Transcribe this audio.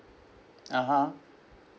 (uh huh)